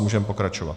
Můžeme pokračovat.